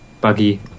buggy